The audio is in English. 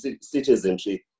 citizenship